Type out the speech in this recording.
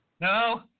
No